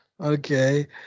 Okay